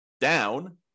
down